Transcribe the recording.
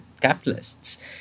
capitalists